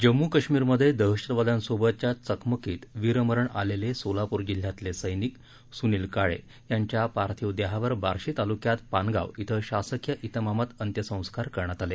जम्मू काश्मीरमध्ये दहशतवाद्यांसोबतच्या चकमकीत वीरमरण आलेले सोलापूर जिल्ह्यातले सैनिक सुनील काळे यांच्या पार्थिव देहावर बार्शी तालुक्यात पानगाव डें शासकीय त्रिमामात अंत्यसंस्कार करण्यात आले